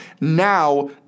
now